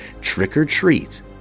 trick-or-treat